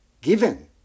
given